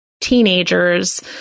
teenagers